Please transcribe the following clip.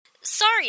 Sorry